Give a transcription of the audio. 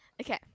Okay